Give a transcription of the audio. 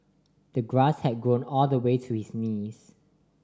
the grass had grown all the way to his knees